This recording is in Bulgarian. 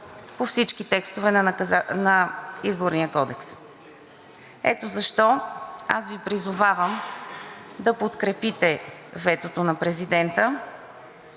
по всички текстове на Изборния кодекс. Ето защо аз Ви призовавам да подкрепите ветото на президента,